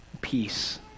peace